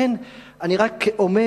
לכן אני רק אומר: